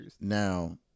Now